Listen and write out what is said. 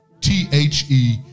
T-H-E